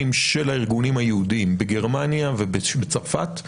של הארגונים היהודיים בגרמניה ובצרפת.